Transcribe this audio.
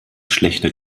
schlechter